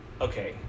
okay